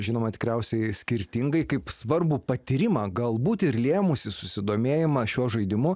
žinoma tikriausiai skirtingai kaip svarbų patyrimą galbūt ir lėmusį susidomėjimą šiuo žaidimu